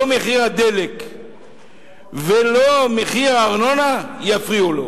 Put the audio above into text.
לא מחיר הדלק ולא מחיר הארנונה יפריעו לו.